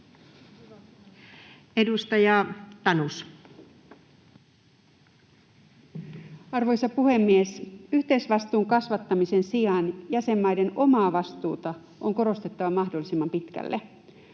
Content: Arvoisa puhemies! Yhteisvastuun kasvattamisen sijaan jäsenmaiden omaa vastuuta on korostettava mahdollisimman pitkälle.